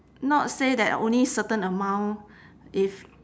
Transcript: not say that only certain amount if